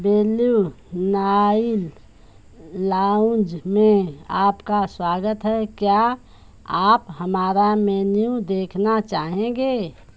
blue Line Lounge में आपका स्वागत है क्या आप हमारा मेन्यू देखना चाहेंगे